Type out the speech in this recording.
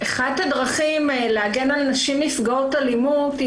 אחת הדרכים להגן על נשים נפגעות אלימות היא